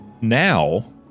now